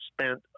spent